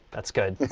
that's good.